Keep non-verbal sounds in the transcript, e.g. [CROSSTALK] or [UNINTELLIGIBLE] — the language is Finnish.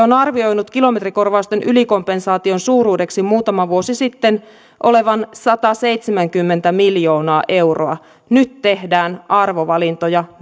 [UNINTELLIGIBLE] on arvioinut kilometrikorvausten ylikompensaation suuruudeksi muutama vuosi sitten sataseitsemänkymmentä miljoonaa euroa nyt tehdään arvovalintoja [UNINTELLIGIBLE]